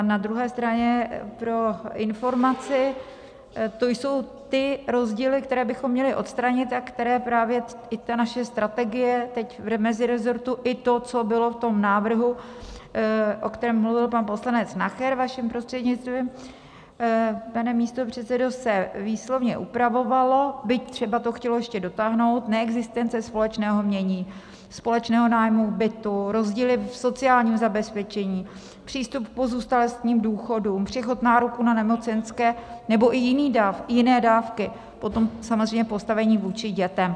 Na druhé straně pro informaci, to jsou ty rozdíly, které bychom měli odstranit a které právě i ta naše strategie teď v mezirezortu i to, co bylo v tom návrhu, o kterém mluvil pan poslanec Nacher, vaším prostřednictvím, pane místopředsedo, se výslovně upravovalo byť třeba to chtělo ještě dotáhnout: neexistence společného jmění, společného nájmu bytu, rozdíly v sociálním zabezpečení, přístup k pozůstalostním důchodům, přechod nároku na nemocenské nebo i jiné dávky, potom samozřejmě postavení vůči dětem.